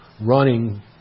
running